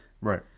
Right